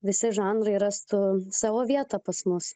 visi žanrai rastų savo vietą pas mus